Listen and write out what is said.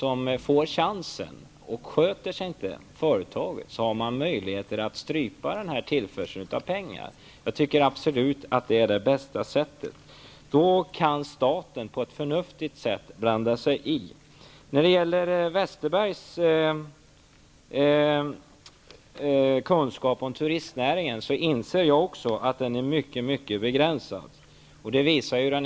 Om företaget inte sköter sig, har man möjlighet att strypa tillförseln av pengar. Jag tycker att det är det absolut bästa sättet. Då kan staten på ett förnuftigt sätt blanda sig i. Jag inser också att Per Westerbergs kunskaper om turistnäringen är begränsade. Det visade den hearing vi hade.